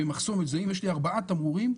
יש לי ארבעה תמרורים,